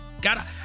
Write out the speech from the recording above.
got